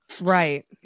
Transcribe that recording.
Right